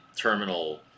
terminal